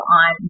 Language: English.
on